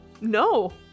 No